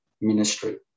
ministry